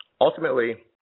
ultimately